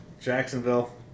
Jacksonville